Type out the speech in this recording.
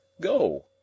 Go